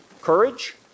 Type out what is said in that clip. courage